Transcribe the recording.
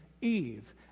Eve